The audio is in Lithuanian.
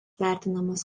vertinamas